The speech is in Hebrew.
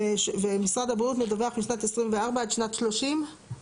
ומשרד הבריאות מדווח משנת 24' עד שנת 30'?